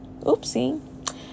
Oopsie